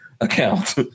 account